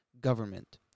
government